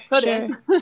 sure